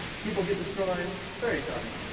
people get destroyed. it's very exciting.